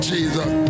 Jesus